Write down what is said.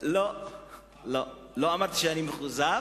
לא אמרתי שאני מאוכזב.